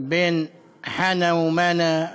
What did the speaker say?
בין חנא למנא,